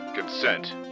Consent